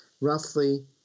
roughly